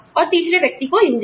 और तीसरे व्यक्ति को इंजन